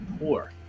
poor